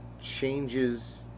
changes